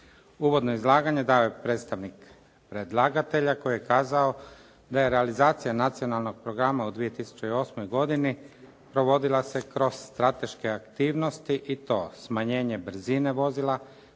Uvodno izlaganje dao je predstavnik predlagatelja koji je kazao da je realizacija nacionalnog programa u 2008. godini provodila se kroz strateške aktivnosti i to smanjenje brzine vozila,